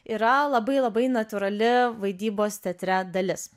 yra labai labai natūrali vaidybos teatre dalis